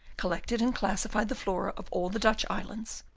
collected and classified the flora of all the dutch islands,